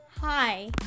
Hi